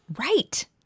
Right